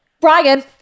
Brian